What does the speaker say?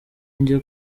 njye